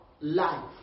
life